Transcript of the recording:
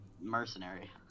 mercenary